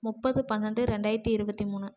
முப்பது பன்னெண்டு ரெண்டாயிரத்தி இருபத்தி மூணு